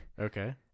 Okay